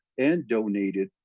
and donated,